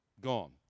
gone